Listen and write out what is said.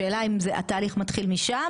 השאלה אם התהליך מתחיל משם,